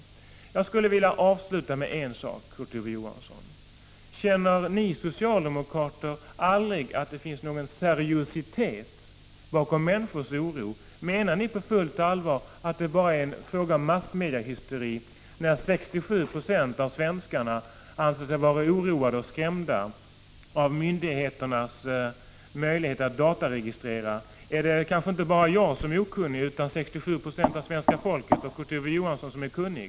DEE fä re gar Er Se Jag skulle vilja avsluta med att fråga Kurt Ove Johansson: Känner ni socialdemokrater aldrig att det finns någon seriositet bakom människornas oro? Menar ni på fullt allvar att det bara är fråga om en massmediehysteri när 67 0 av svenskarna anser sig vara oroade och skrämda av myndigheternas möjligheter att dataregistrera? Är det kanske inte bara jag som är okunnig utan 67 20 av svenskarna, och Kurt Ove Johansson som är kunnig?